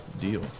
deal